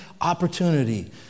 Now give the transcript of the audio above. opportunity